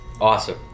Awesome